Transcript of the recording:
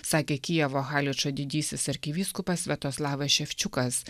sakė kijevo haličo didysis arkivyskupas sviatoslavas ševčiukas